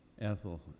Ethel